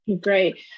Great